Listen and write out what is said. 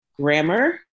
grammar